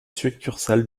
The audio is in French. succursale